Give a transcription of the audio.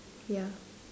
ya